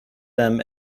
them